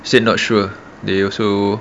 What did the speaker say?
said not sure they also